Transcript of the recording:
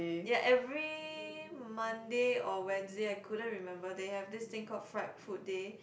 ya every Monday or Wednesday I couldn't remember they have this thing called fried food day